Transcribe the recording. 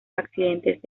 accidentes